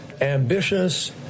Ambitious